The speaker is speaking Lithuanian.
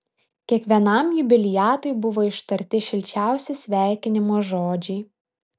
kiekvienam jubiliatui buvo ištarti šilčiausi sveikinimo žodžiai